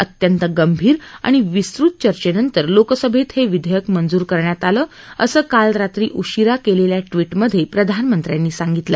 अत्यंत गंभीर आणि विस्तृत चयेनंतर लोकसभेत हे विधेयक मंजूर करण्यात आलं असं काल रात्री उशीरा केलेल्या ट्विटमध्ये प्रधानमंत्र्यांनी सांगितलं